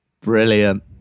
brilliant